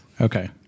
Okay